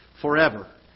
forever